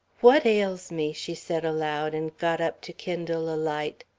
what ails me? she said aloud, and got up to kindle a light.